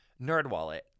NerdWallet